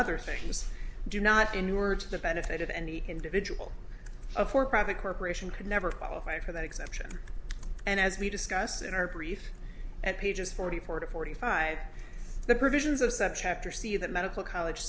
other things do not in your words the benefit of any individual of or private corporation could never qualify for that exemption and as we discussed in our brief at pages forty four to forty five the provisions of such chapter see that medical college